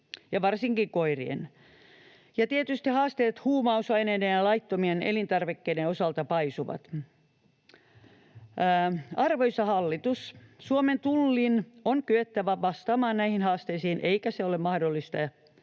varsinkin koirien. Ja tietysti paisuvat myös haasteet huumausaineiden ja laittomien elintarvikkeiden osalta. Arvoisa hallitus, Suomen tullin on kyettävä vastaamaan näihin haasteisiin, eikä se ole mahdollista,